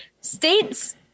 States